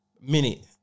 minute